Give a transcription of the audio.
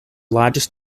largest